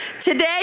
today